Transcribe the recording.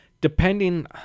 depending